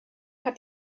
hat